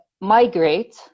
migrate